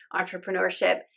entrepreneurship